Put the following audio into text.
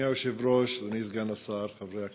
אדוני היושב-ראש, אדוני סגן השר, חברי הכנסת,